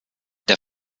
der